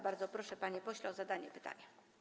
Bardzo proszę, panie pośle, o zadanie pytania.